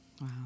Wow